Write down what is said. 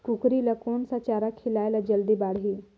कूकरी ल कोन सा चारा खिलाय ल जल्दी बाड़ही?